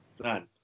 None